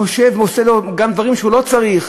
חושב ועושה בשבילו גם דברים שהוא לא צריך,